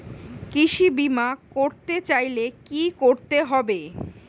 কৃষি বিমা করতে চাইলে কি করতে হবে?